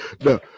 No